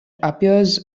appears